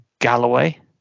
Galloway